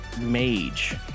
Mage